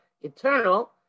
eternal